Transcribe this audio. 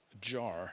jar